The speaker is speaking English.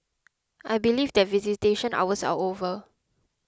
I believe that visitation hours are over